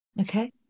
Okay